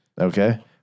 Okay